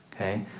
okay